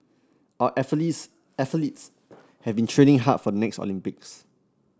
our athletes athletes have been training hard for next Olympics